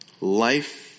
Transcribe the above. Life